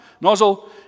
nozzle